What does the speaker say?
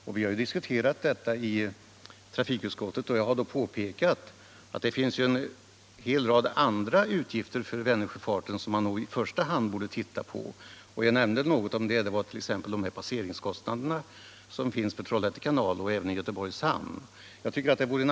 När vi diskuterat saken i trafikutskottet har jag påpekat att det finns en hel rad andra utgifter för Vänersjöfarten som man i första hand borde titta på, t.ex. passeringskostnaderna för Trollhätte kanal och även Göteborgs hamn.